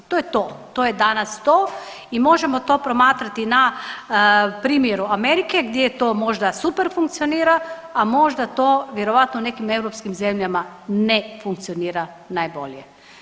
To je to, to je danas to i možemo to promatrati na primjeru Amerike gdje je to možda super funkcionira, a možda to vjerojatno u nekim europskim zemljama ne funkcionira najbolje.